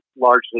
largely